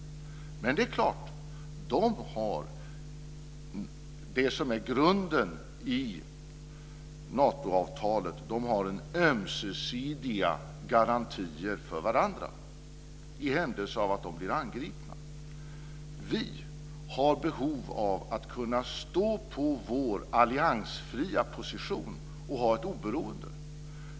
Men det är klart att de har det som är grunden i Natoavtalet, nämligen ömsesidiga garantier för varandra i händelse av att de blir angripna. Vi har behov av att kunna stå på vår alliansfria position och ha ett oberoende.